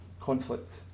conflict